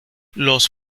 los